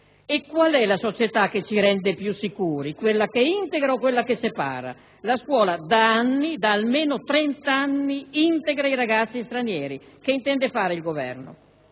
E qual è la società che ci rende più sicuri: quella che integra o quella che separa? La scuola da almeno trenta anni integra i ragazzi stranieri. Che intende fare il Governo?